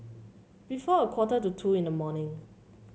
before a quarter to two in the morning